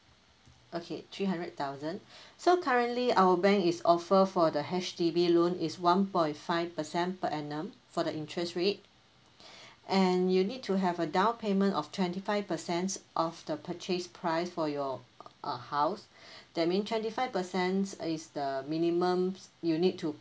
okay three hundred thousand so currently our bank is offer for the H_D_B loan is one point five percent per annum for the interest rate and you need to have a down payment of twenty five percent of the purchase price for your uh house that mean twenty five percent is the minimum you need to